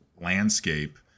landscape